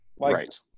Right